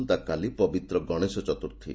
ଆସନ୍ତାକାଲି ପବିତ୍ର ଗଶେଶ ଚତୁର୍ଥୀ